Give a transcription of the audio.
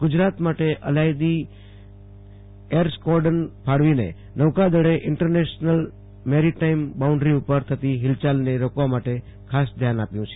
ગજરાત માટે અલાયદી air squadron ફાળવીને નોકાદળે ઈન્ટરનેશનલ મેરીટાઈમ બાઉન્ડ્રી ઉપર થતી હિલચાલને રોકવા ખાસ ધ્યાન આપ્યું છે